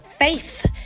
faith